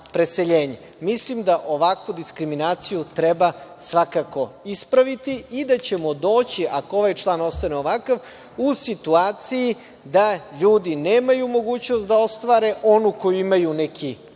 preseljenje. Mislim da ovakvu diskriminaciju treba svakako ispraviti i da ćemo doći, ako ovaj član ostane ovakav, u situaciju da ljudi nemaju mogućnost da ostvare onu koju imaju neki